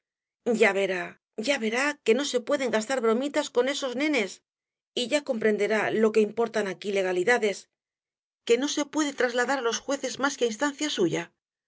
ya verá ya verá que no se pueden gastar bromitas con esos nenes y ya comprenderá lo que importan aquí legalidades que no se puede trasladar á los jueces más que á instancia suya